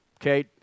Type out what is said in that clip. okay